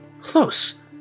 close